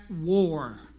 war